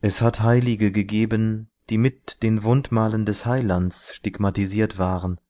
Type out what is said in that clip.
es hat heilige gegeben die mit den wundenmalen des heilands stigmatisiert waren